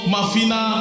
Mafina